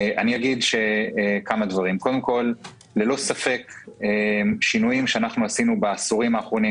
ללא ספק שינויים שעשינו בעשורים האחרונים,